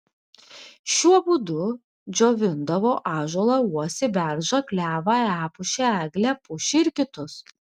šiuo būdu džiovindavo ąžuolą uosį beržą klevą epušę eglę pušį ir kitus